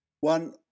One